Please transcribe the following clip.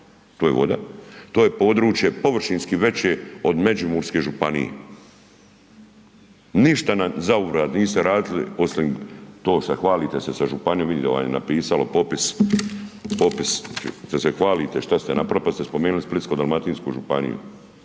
To je voda. To je područje površinski veće od Međimurske županije. Ništa nam za uzvrat niste uradili osim to što hvalite se sa županijom, vidim da vam je napisalo popis što se hvalite što ste napravili pa ste spomenuli Splitsko-dalmatinsku županiju.